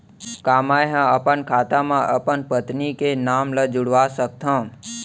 का मैं ह अपन खाता म अपन पत्नी के नाम ला जुड़वा सकथव?